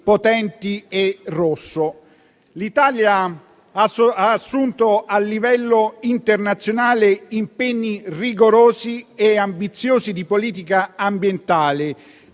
Potenti e Rosso. L'Italia ha assunto a livello internazionale impegni rigorosi e ambiziosi di politica ambientale